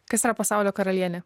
kas yra pasaulio karalienė